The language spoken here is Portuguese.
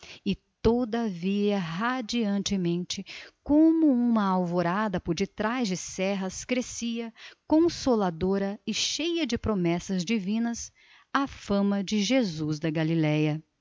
e todavia radiantemente como uma alvorada por detrás de serras crescia consoladora e cheia de promessas divinas a fama de jesus da galileia